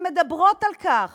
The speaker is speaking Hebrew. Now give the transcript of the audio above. שמדברות על כך